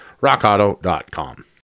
Rockauto.com